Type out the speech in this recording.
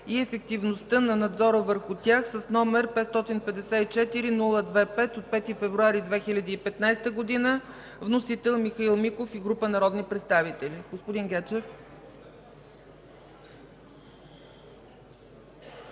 и ефективността на надзора върху тях, № 554-02-5, от 5 февруари 2015 г. Вносител – Михаил Миков и група народни представители. Заповядайте,